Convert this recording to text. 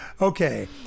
Okay